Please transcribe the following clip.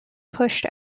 pushed